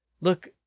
look